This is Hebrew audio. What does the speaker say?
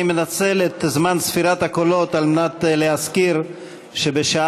אני מנצל את זמן ספירת הקולות על מנת להזכיר שבשעה